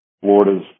Florida's